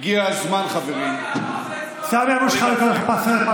סמי אבו שחאדה, אני קורא אותך לסדר פעם